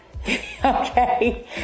okay